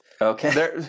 okay